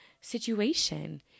situation